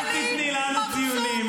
אל תיתני לנו ציונים,